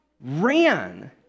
ran